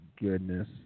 goodness